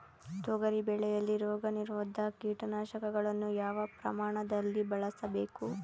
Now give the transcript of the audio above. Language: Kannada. ತೊಗರಿ ಬೆಳೆಯಲ್ಲಿ ರೋಗನಿರೋಧ ಕೀಟನಾಶಕಗಳನ್ನು ಯಾವ ಪ್ರಮಾಣದಲ್ಲಿ ಬಳಸಬೇಕು?